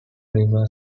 river